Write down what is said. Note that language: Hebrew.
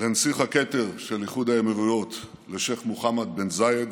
לנסיך הכתר של איחוד האמירויות השייח' מוחמד בן זאייד,